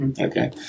Okay